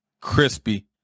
crispy